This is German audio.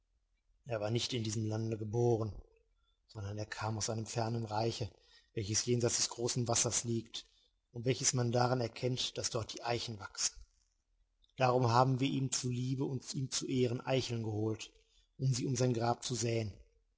er war nicht in diesem lande geboren sondern er kam aus einem fernen reiche welches jenseits des großen wassers liegt und welches man daran erkennt daß dort die eichen wachsen darum haben wir ihm zu liebe und ihm zu ehren eicheln geholt um sie um sein grab zu säen